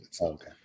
okay